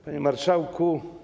Panie Marszałku!